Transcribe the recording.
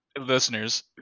listeners